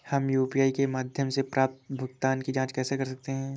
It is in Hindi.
हम यू.पी.आई के माध्यम से प्राप्त भुगतान की जॉंच कैसे कर सकते हैं?